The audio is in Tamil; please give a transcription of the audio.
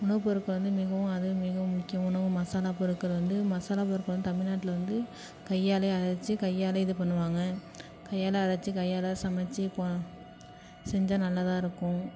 உணவுப்பொருட்கள் வந்து மிகவும் அது மிக முக்கிய உணவு மசாலாப்பொருட்கள் வந்து மசாலா பொருட்கள் வந்து தமிழ்நாட்ல வந்து கையாலேயே அரைச்சி கையாலேயே இது பண்ணுவாங்க கையால் அரைச்சி கையால் சமைச்சி செஞ்சால் நல்லாதான் இருக்கும்